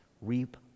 reap